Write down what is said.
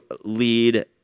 lead